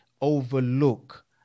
overlook